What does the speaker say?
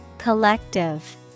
Collective